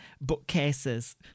bookcases